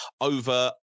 over